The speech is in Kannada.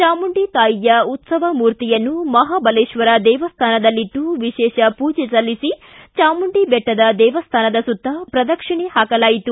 ಚಾಮುಂಡಿ ತಾಯಿಯ ಉತ್ಸವ ಮೂರ್ತಿಯನ್ನು ಮಹಾಬಲೇಶ್ವರ ದೇವಸ್ಥಾನದಲ್ಲಿಟ್ಟು ವಿಶೇಷ ಪೂಜೆ ಸಲ್ಲಿಸಿ ಚಾಮುಂಡಿ ಬೆಟ್ಟದ ದೇವಸ್ಥಾನದ ಸುತ್ತ ಪ್ರದಕ್ಷಿಣೆ ಹಾಕಲಾಯಿತು